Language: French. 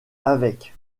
avec